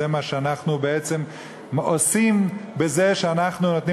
זה מה שאנחנו בעצם עושים בזה שאנחנו נותנים